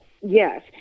yes